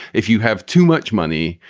if you have too much money,